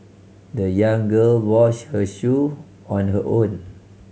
the young girl washed her shoe on her own